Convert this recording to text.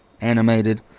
animated